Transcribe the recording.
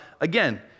again